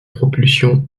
propulsion